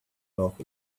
talk